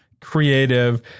creative